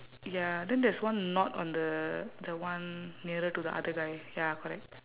ya then there's one knot on the the one nearer to the other guy ya correct